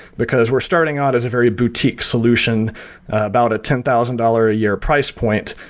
because we're starting out as a very boutique solution about a ten thousand dollars a year price point.